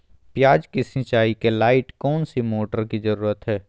प्याज की सिंचाई के लाइट कौन सी मोटर की जरूरत है?